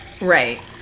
right